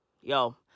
yo